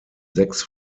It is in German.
sechs